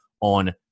on